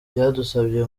byadusabye